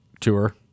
tour